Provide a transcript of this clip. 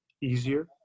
easier